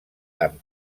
amb